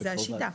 זו השיטה.